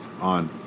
on